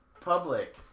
public